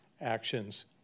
actions